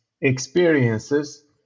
experiences